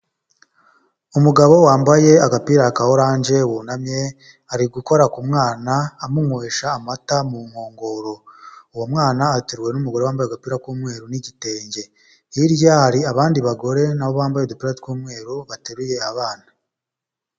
Umugabo wambaye agapira ka oranje wunamye ari gukora ku mwana amuywesha amata mu nkongoro, uwo mwana ateruwe n'umugore wambaye agapira k'umweru n'igitenge, hirya hari abandi bagore nabo bambaye udupira tw'umweru bateruye abana.